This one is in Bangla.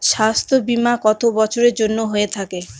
স্বাস্থ্যবীমা কত বছরের জন্য হয়ে থাকে?